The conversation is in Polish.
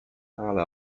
ale